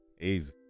Easy